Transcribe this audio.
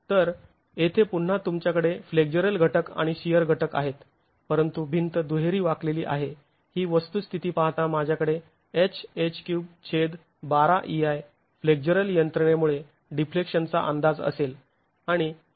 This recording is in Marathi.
तर येथे पुन्हा तुमच्याकडे फ्लेक्झरल घटक आणि शिअर घटक आहेत परंतु भिंत दुहेरी वाकलेली आहे ही वस्तुस्थिती पहाता माझ्याकडे Hh312EI फ्लेक्झरल यंत्रणेमुळे डिफ्लेक्शनचा अंदाज असेल